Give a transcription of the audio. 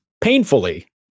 painfully